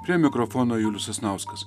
prie mikrofono julius sasnauskas